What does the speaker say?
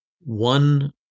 one